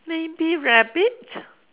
maybe rabbit